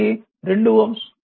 కాబట్టి 2 Ω